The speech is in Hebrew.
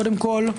קודם כל,